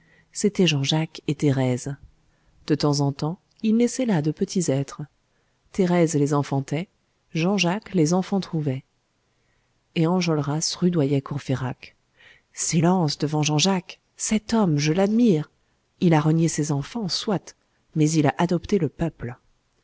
c'étaient jean-jacques et thérèse de temps en temps il naissait là de petits êtres thérèse les enfantait jean-jacques les enfantrouvait et enjolras rudoyait courfeyrac silence devant jean-jacques cet homme je l'admire il a renié ses enfants soit mais il a adopté le peuple